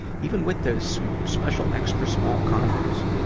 even with the so special extra-small condoms.